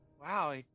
Wow